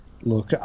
look